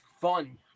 fun